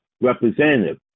representative